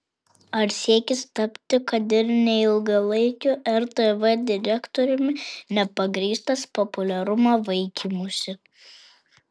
ar siekis tapti kad ir neilgalaikiu rtv direktoriumi nepagrįstas populiarumo vaikymusi